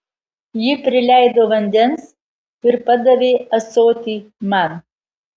ji prileido vandens ir padavė ąsotį man